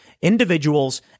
individuals